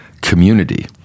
community